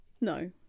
No